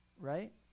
right